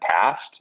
past